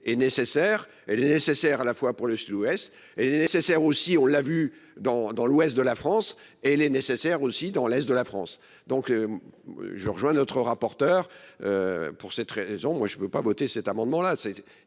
est nécessaire elle nécessaire à la fois pour le Sud-Ouest est nécessaire aussi, on l'a vu dans, dans l'ouest de la France et est nécessaire aussi, dans l'est de la France donc. Je rejoins notre rapporteur. Pour cette raison, moi je ne veux pas voter cet amendement là c'est